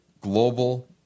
global